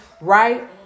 right